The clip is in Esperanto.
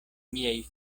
miaj